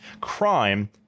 crime